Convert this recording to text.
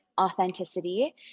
authenticity